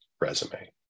resume